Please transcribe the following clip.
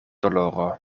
doloro